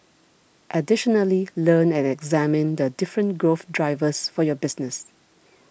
additionally learn and examine the different growth drivers for your business